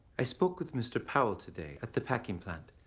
i spoke with mr. powell today at the packing plant.